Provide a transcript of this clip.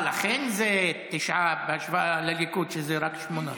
לכן זה תשעה, בהשוואה לליכוד, שזה רק שמונה.